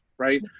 right